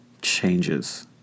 changes